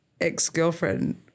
ex-girlfriend